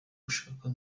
ushaka